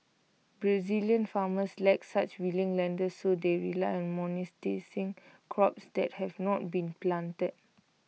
Brazilian farmers lack such willing lenders so they rely on monetising crops that have not been planted